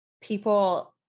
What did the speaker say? people